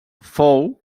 fou